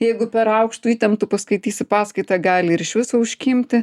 jeigu per aukštu įtemptu paskaitysi paskaitą gali ir iš viso užkimti